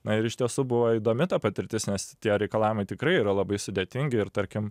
na ir iš tiesų buvo įdomi ta patirtis nes tie reikalavimai tikrai yra labai sudėtingi ir tarkim